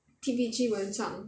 T_P_G 文创